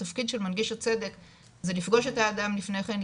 התפקיד של מנגיש הצדק זה לפגוש את האדם לפני כן,